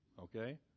Okay